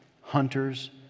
hunters